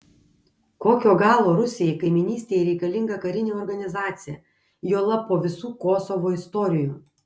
kokio galo rusijai kaimynystėje reikalinga karinė organizacija juolab po visų kosovo istorijų